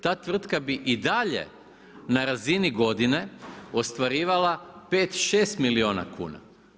Ta tvrtka bi i dalje na razini godine ostvarivala 5, 6 milijuna kuna.